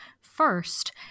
first